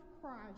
Christ